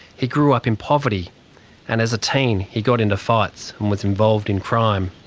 he grew up in poverty and as a teen he got into fights and was involved in crime.